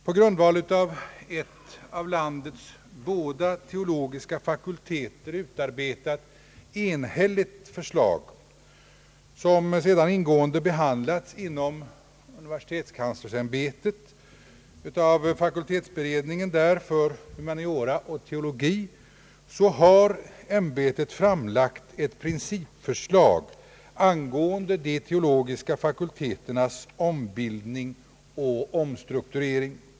På grundval av ett av landets båda teologiska fakulteter utarbetat enhälligt förslag, som sedan ingående behandlats inom universitetskanslersämbetet, av fakultetsberedningen där för humaniora och teologi, har universitetskanslersämbetet framlagt ett principförslag angående de teologiska fakulteternas ombildning och omstrukturering.